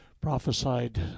prophesied